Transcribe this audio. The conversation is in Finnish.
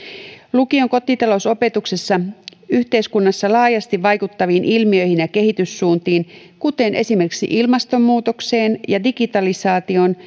lukion kotitalousopetuksessa yhteiskunnassa laajasti vaikuttaviin ilmiöihin ja kehityssuuntiin kuten esimerkiksi ilmastonmuutokseen ja digitalisaatioon